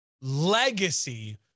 legacy